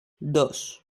dos